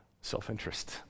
self-interest